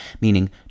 meaning